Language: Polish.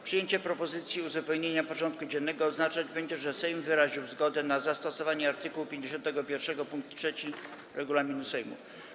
Przyjęcie propozycji uzupełnienia porządku dziennego oznaczać będzie, że Sejm wyraził zgodę na zastosowanie art. 51 pkt 3 regulaminu Sejmu.